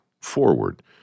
forward